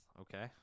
Okay